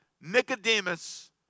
Nicodemus